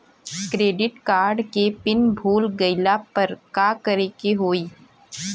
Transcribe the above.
Credit card के pin भूल गईला पर का करे के होई?